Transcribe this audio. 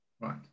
right